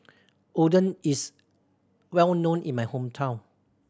Oden is well known in my hometown